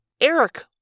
Eric